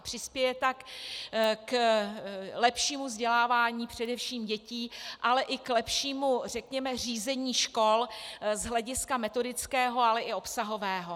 Přispěje tak k lepšímu vzdělávání především dětí, ale i k lepšímu řízení škol z hlediska metodického, ale i obsahového.